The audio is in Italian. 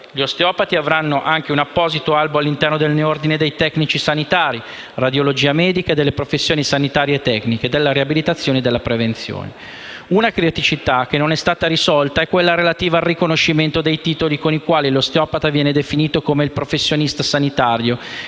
Gli osteopati avranno anche un apposito albo all'interno del neo-Ordine dei tecnici sanitari di radiologia medica e delle professioni sanitarie tecniche, della riabilitazione e della prevenzione. Una criticità che non è stata risolta è quella relativa al riconoscimento dei titoli con i quali l'osteopata viene definito come il professionista sanitario